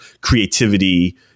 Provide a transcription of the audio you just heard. creativity